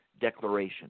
Declaration